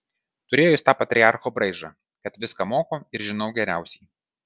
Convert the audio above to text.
turėjo jis tą patriarcho braižą kad viską moku ir žinau geriausiai